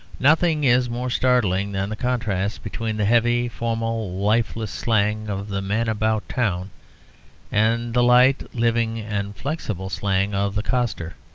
nothing is more startling than the contrast between the heavy, formal, lifeless slang of the man-about-town and the light, living, and flexible slang of the coster.